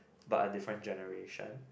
but different generation